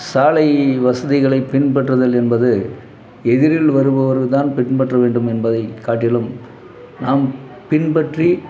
சாலை வசதிகளை பின்பற்றுதல் என்பது எதிரில் வருபவர்கள் தான் பின்பற்ற வேண்டும் என்பதை காட்டிலும் நாம் பின்பற்றி